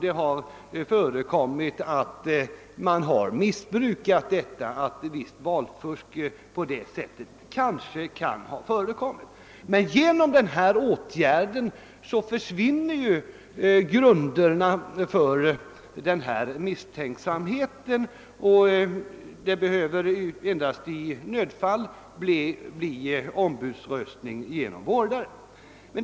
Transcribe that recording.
Det har också uttryckts en viss misstro mot ombudsröstningsinstitutet = eftersom = ett visst missbruk kan ha förekommit. Genom den här åtgärden försvinner grunderna för misstänksamheten, och endast i nödfall behöver ombudsröstning genom vårdare tillgripas.